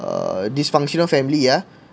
err dysfunctional family ah